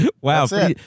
wow